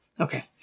Okay